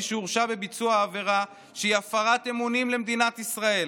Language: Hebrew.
שהורשע בביצוע עבירה שהיא הפרת אמונים למדינת ישראל